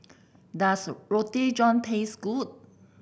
does Roti John taste good